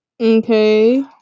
Okay